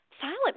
Silent